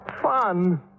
Fun